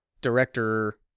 director